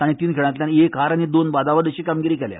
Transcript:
तांणी तीन खेळांतल्यान एक हार आनी दोन बादाबाद अशी कामगिरी केल्या